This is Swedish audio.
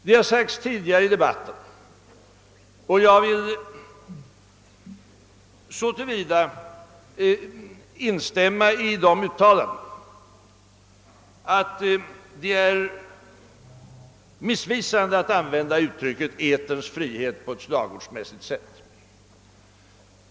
Det har sagts tidigare i debatten, och jag vill i viss utsträckning instämma i de uttalandena, att det är missvisande att använda uttrycket »eterns frihet» på ett slagordsmässigt sätt.